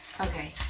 Okay